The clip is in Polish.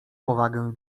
powagę